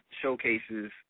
showcases